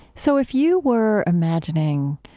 so if you were imagining,